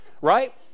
right